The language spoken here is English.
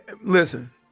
Listen